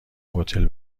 هتل